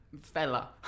fella